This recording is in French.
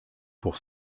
pour